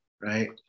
right